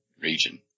region